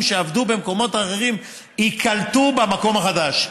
שעבדו במקומות אחרים ייקלטו במקום החדש,